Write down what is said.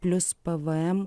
plius pvm